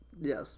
Yes